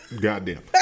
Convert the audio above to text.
Goddamn